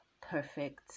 perfect